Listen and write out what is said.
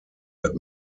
that